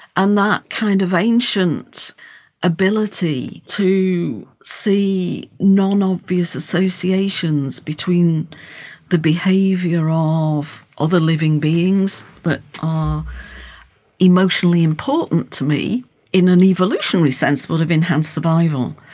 and that kind of ancient ability to see non-obvious associations between the behaviour ah of other living beings that are emotionally important to me in an evolutionary sense would have enhanced survival.